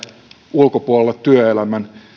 ulkopuolelle työelämän